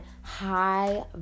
high